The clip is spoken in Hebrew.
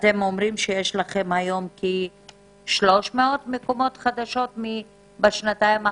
אתם אומרים שיש לכם היום כ-300 מקומות חדשים בשנתיים האחרונות.